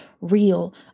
real